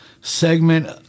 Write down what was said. segment